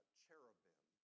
cherubim